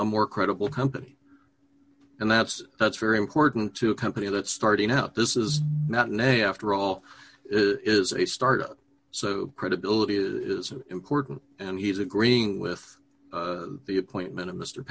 a more credible company and that's that's very important to a company that's starting out this is not in a after all is a starter so credibility is important and he's agreeing with the appointment of mr